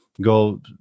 go